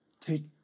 take